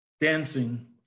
dancing